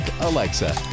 Alexa